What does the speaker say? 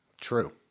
True